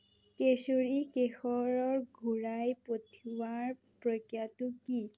কেশৰী কেশৰৰ ঘূৰাই পঠিওৱাৰ প্ৰক্ৰিয়াটো কি